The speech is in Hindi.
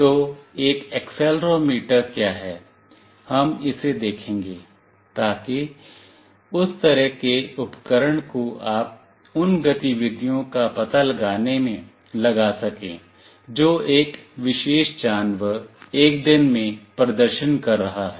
तो एक एक्सेलेरोमीटर क्या है हम इसे देखेंगे ताकि उस तरह के उपकरण को आप उन गतिविधियों का पता लगाने में लगा सकें जो एक विशेष जानवर एक दिन में प्रदर्शन कर रहा है